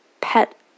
pet